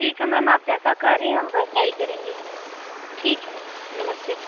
ठीक है म्याम आप जैसा कह रहीं हम वैसा ही करेंगे ठीक है म्याम नमस्ते